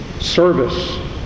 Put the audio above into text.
service